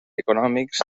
econòmics